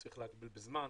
צריך להגביל בזמן,